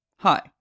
Hi